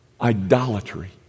idolatry